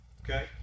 Okay